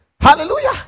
hallelujah